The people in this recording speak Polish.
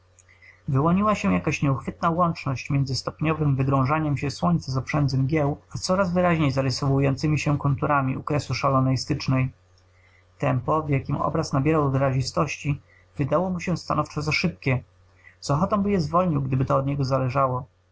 wyłoniła się jakaś nieuchwytna łączność między stopniowem wygrążaniem się słońca z oprzędzy mgieł a coraz wyraźniej zarysowującymi się konturami u kresu szalonej stycznej tempo w jakiem obraz nabierał wyrazistości wydało mu się stanowczo za szybkie z ochotą by je zwolnił gdyby to od niego zależało